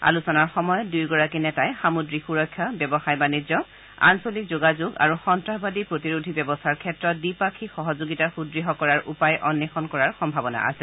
আলোচনাৰ সময়ত দূয়োগৰাকী নেতাই সামুদ্ৰিক সুৰক্ষা ব্যৱসায় বাণিজ্য আঞ্চলিক যোগাযোগ আৰু সন্তাসবাদী প্ৰতিৰোধী ব্যৱস্থাৰ ক্ষেত্ৰত দ্বিপাক্ষিক সহযোগিতা সুদ্য় কৰাৰ উপায় অন্নেষণ কৰাৰ সম্ভাৱনা আছে